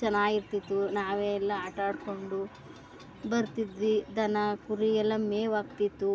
ಚೆನ್ನಾಗಿರ್ತಿತ್ತು ನಾವೇ ಎಲ್ಲ ಆಟ ಆಡಿಕೊಂಡು ಬರ್ತಿದ್ವಿ ದನ ಕುರಿ ಎಲ್ಲ ಮೇವಾಕ್ತಿತ್ತು